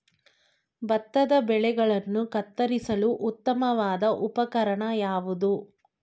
ಭತ್ತದ ಬೆಳೆಗಳನ್ನು ಕತ್ತರಿಸಲು ಉತ್ತಮವಾದ ಉಪಕರಣ ಯಾವುದು?